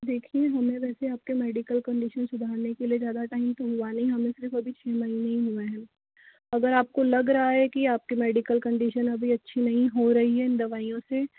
देखिये हमें वैसे आपके मेडिकल कंडिशन सुधारने के लिए ज़्यादा टाइम तो हुआ नहीं हमें सिर्फ अभी छः महीने ही हुए हैं अगर आपको लग रहा है कि आपके मेडिकल कंडिशन अभी अच्छी नहीं हो रही है इन दवाइयों से